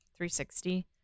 360